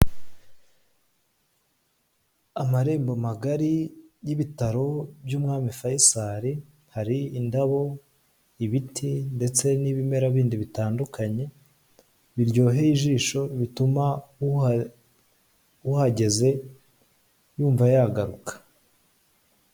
Amarembo magari y'ibitaro by'umwami fayisali hari indabo ibiti ndetse n'ibimera bindi bitandukanye biryoheye ijisho bituma uhageze yumva yagaruka.